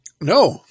No